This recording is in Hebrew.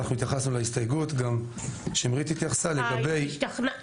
אנחנו התייחסנו להסתייגות וגם שמרית התייחסה --- רות,